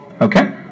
Okay